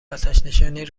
آتشنشانی